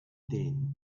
then